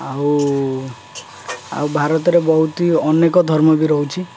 ଆଉ ଆଉ ଭାରତରେ ବହୁତି ଅନେକ ଧର୍ମ ବି ରହୁଛି